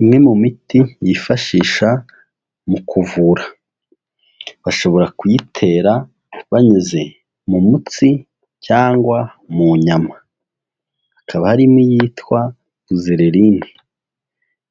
Imwe mu miti yifashisha mu kuvura bashobora kuyitera banyuze mu mutsi cyangwa mu nyama. Ikaba harimo iyitwa ruzeleline,